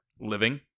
Living